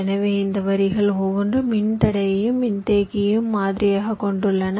எனவே இந்த வரிகள் ஒவ்வொன்றும் மின்தடையையும் மின்தேக்கியையும் மாதிரியாகக் கொண்டுள்ளன